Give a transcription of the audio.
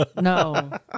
No